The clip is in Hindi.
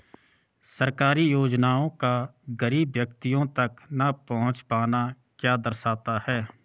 सरकारी योजनाओं का गरीब व्यक्तियों तक न पहुँच पाना क्या दर्शाता है?